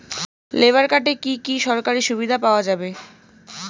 Labour কার্ডে কি কি সরকারি সুবিধা পাওয়া যাবে?